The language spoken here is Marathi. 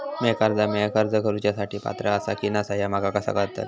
म्या कर्जा मेळाक अर्ज करुच्या साठी पात्र आसा की नसा ह्या माका कसा कळतल?